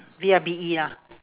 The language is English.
V I B E lah